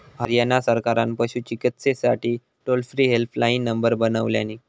हरयाणा सरकारान पशू चिकित्सेसाठी टोल फ्री हेल्पलाईन नंबर बनवल्यानी